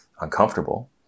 uncomfortable